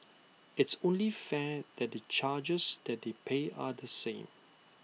IT is only fair that the charges that they pay are the same